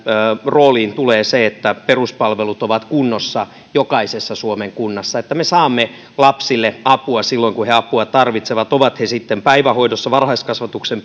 rooliin tulee se että peruspalvelut ovat kunnossa jokaisessa suomen kunnassa että me saamme lapsille apua silloin kun he apua tarvitsevat ovat he sitten päivähoidossa varhaiskasvatuksen